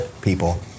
people